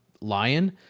Lion